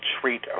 treat